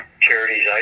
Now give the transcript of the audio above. charities